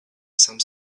some